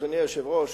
אדוני היושב-ראש,